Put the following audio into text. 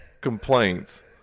complaints